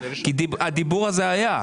האופוזיציה, כי הדיבור הזה היה.